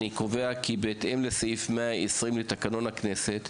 אני קובע כי בהתאם לסעיף (120) לתקנון הכנסת,